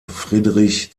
friedrich